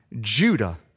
Judah